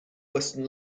western